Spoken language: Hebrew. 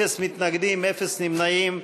אפס מתנגדים, אפס נמנעים.